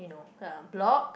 you know uh blog